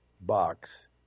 box